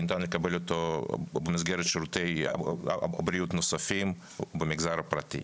וניתן לקבל אותו במסגרת שירותי בריאות נוספים במגזר הפרטי.